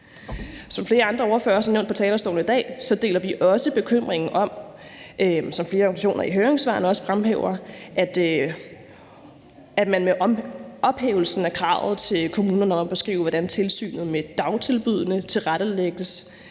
organisationer også fremhæver i høringssvarene – at man med ophævelsen af kravet til kommunerne om at beskrive, hvordan tilsynet med dagtilbuddene tilrettelægges